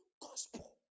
gospel